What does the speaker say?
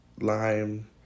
lime